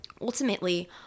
ultimately